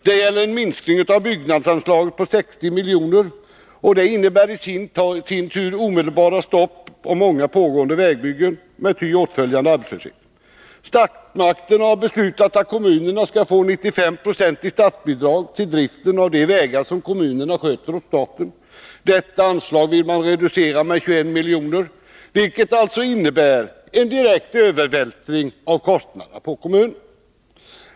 Det gäller en minskning av byggnadsanslaget om 60 milj.kr., vilket i sin tur innebär omedelbara stopp av många pågående vägbyggen med ty åtföljande arbetslöshet. Statsmakterna har beslutat att kommunerna skall få 95 90 i statsbidrag till driften av de vägar som kommunerna sköter åt staten. Detta anslag vill moderaterna reducera med 21 milj.kr., vilket alltså innebär en direkt övervältring av kostnaderna på kommunerna.